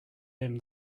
him